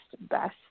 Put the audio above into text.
best